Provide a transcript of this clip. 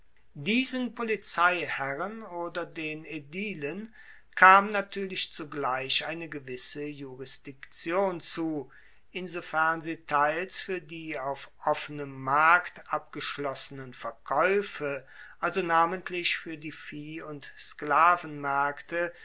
diesen polizeiherren oder den aedilen kam natuerlich zugleich eine gewisse jurisdiktion zu insofern sie teils fuer die auf offenem markt abgeschlossenen verkaeufe also namentlich fuer die vieh und sklavenmaerkte